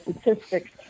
statistics